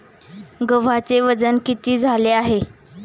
गव्हाचे वजन किती झाले आहे?